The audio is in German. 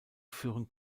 führen